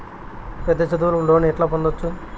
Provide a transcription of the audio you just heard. పెద్ద చదువులకు లోను ఎట్లా పొందొచ్చు